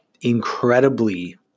incredibly